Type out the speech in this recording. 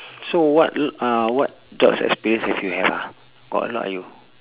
so what l~ ah what jobs experience have you have ah got a lot ah you